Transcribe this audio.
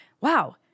wow